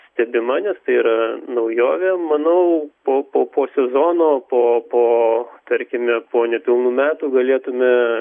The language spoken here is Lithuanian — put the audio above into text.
stebima nes tai yra naujovė manau po po po sezono po po tarkime po nepilnų metų galėtume